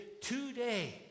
today